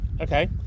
Okay